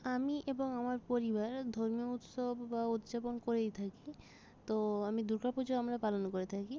আমি এবং আমার পরিবার ধর্মীয় উৎসব বা উদযাপন করেই থাকি তো আমি দুর্গা পুজো আমরা পালন করে থাকি